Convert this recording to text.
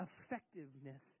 effectiveness